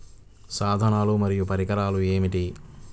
సాధనాలు మరియు పరికరాలు ఏమిటీ?